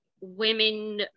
women